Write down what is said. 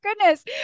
goodness